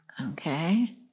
Okay